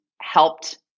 helped